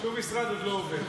שום משרד עוד לא עובד.